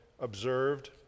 observed